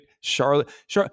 Charlotte